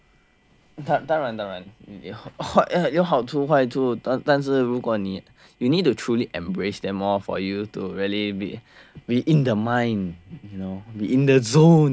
当然当然也有好处坏处但但是如果你 you need to truly embrace them all for you to really be in the mind you know be in the zone